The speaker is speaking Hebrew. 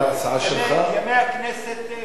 ימי הכנסת קצרים.